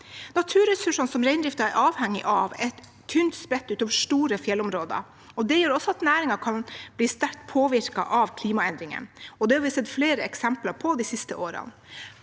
Naturressursene reindriften er avhengig av, er tynt spredt utover store fjellområder. Det gjør også at næringen kan bli sterkt påvirket av klimaendringene. Det har vi sett flere eksempler på de siste årene.